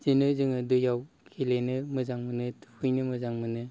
इदिनो जोङो दैयाव गेलेनो मोजां मोनो थुखैनो मोजां मोनो